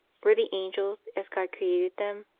were the angels, as god created them,